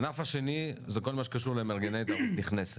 הענף השני זה כל מה שקשור למארגני תיירות נכנסת,